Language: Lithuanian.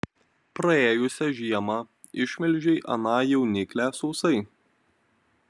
praėjusią žiemą išmelžei aną jauniklę sausai